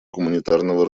гуманитарного